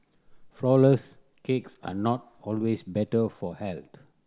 flourless cakes are not always better for health